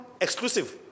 exclusive